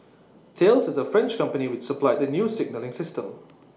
Thales is the French company which supplied the new signalling system